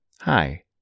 Hi